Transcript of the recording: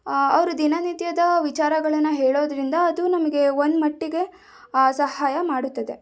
ಅವರು ದಿನನಿತ್ಯದ ವಿಚಾರಗಳನ್ನು ಹೇಳೋದ್ರಿಂದ ಅದು ನಮಗೆ ಒಂದು ಮಟ್ಟಿಗೆ ಸಹಾಯ ಮಾಡುತ್ತದೆ